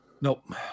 nope